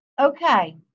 Okay